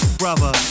brother